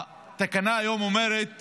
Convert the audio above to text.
התקנה היום אומרת